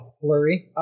flurry